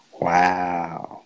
Wow